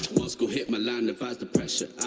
let's go hit my line defies the pressure